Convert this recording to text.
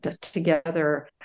together